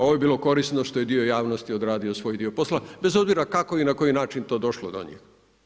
Ovo je bilo korisno što je dio javnosti odradio svoj dio posla, bez obzira kako i na koji način to došlo do njih.